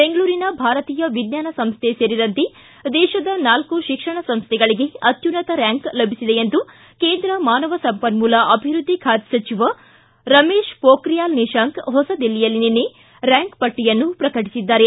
ಬೆಂಗಳೂರಿನ ಭಾರತೀಯ ವಿಜ್ಞಾನ ಸಂಸ್ಟೆ ಸೇರಿದಂತೆ ದೇಶದ ನಾಲ್ಕು ಶಿಕ್ಷಣ ಸಂಸ್ಟೆಗಳಿಗೆ ಅತ್ಯುನ್ನತ ರ್ಕಾಂಕ್ ಲಭಿಸಿದೆ ಎಂದು ಕೇಂದ್ರ ಮಾನವ ಸಂಪನ್ಮೂಲ ಅಭಿವೃದ್ದಿ ಖಾತೆ ಸಚಿವ ರಮೇಶ್ ಮೋಖ್ರಿಯಾಲ್ ನಿಶಾಂಕ್ ಹೊಸದಿಲ್ಲಿಯಲ್ಲಿ ನಿನ್ನೆ ರ್ಯಾಂಕ್ ಪಟ್ಟೆಯನ್ನು ಪ್ರಕಟಿಸಿದ್ದಾರೆ